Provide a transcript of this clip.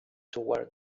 toward